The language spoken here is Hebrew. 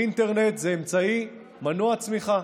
אינטרנט זה אמצעי, מנוע צמיחה.